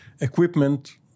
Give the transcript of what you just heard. equipment